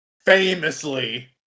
famously